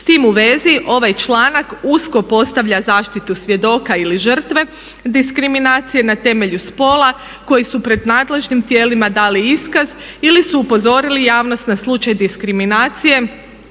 S tim u vezi ovaj članak usko postavlja zaštitu svjedoka ili žrtve, diskriminacije na temelju spola koji su pred nadležnim tijelima dali iskaz ili su upozorili javnost na slučaj diskriminacije,